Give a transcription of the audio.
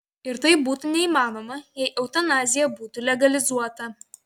ir tai būtų neįmanoma jei eutanazija būtų legalizuota